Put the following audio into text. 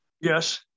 Yes